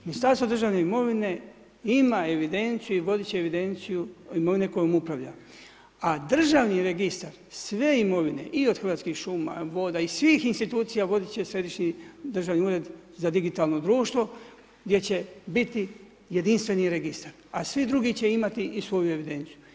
Ministarstvo državne imovine ima evidenciju i voditi će evidenciju imovine kojom upravlja a državni registar sve imovine i od Hrvatskih šuma, voda i svih institucija voditi će Središnji državni ured za digitalno društvo gdje će biti jedinstveni registar a svi drugi će imati i svoju evidenciju.